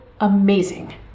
amazing